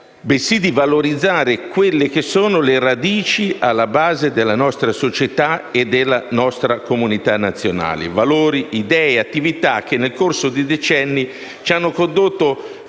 bensì di valorizzare le radici che sono alla base della nostra società e della nostra comunità nazionale, valori, idee e attività che nel corso di decenni ci hanno condotto fin dove